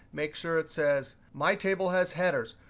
make sure it says my table has headers.